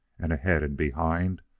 and ahead and behind,